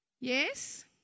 Yes